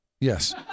Yes